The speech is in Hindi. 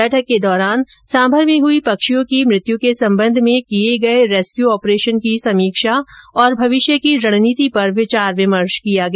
बैठक के दौरान सांभर में हुई पक्षियो की मृत्यु के सम्बन्ध में किये रेस्क्यू आपरेशन की समीक्षा और भविष्य की रणनीति पर विचार विमर्श किया गया